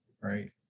right